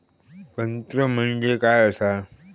तंत्र म्हणजे काय असा?